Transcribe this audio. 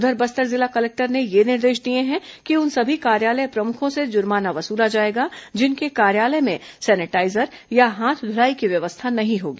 उधर बस्तर जिला कलेक्टर ने ये निर्देश दिए हैं कि उन सभी कार्यालय प्रमुखों से जुर्माना वसूला जाएगा जिनके कार्यालय में सैनिटाईजर या हाथ धुलाई की व्यवस्था नहीं होगी